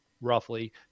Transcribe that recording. roughly